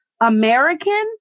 American